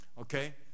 okay